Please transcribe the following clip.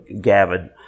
Gavin